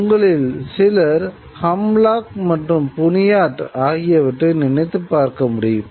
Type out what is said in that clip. உங்களில் சிலர் ஹம் லாக் மற்றும் புனியாட் ஆகியவற்றை நினைத்துப் பார்க்க முடியும்